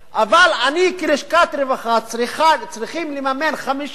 אבל אנחנו, כלשכת רווחה, צריכים לממן 50%